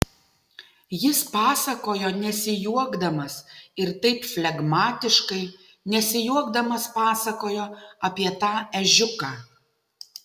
jis pasakojo nesijuokdamas ir taip flegmatiškai nesijuokdamas pasakojo apie tą ežiuką